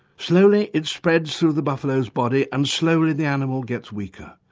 slowly it spreads through the buffalo's body and slowly the animal gets weaker.